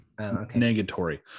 Negatory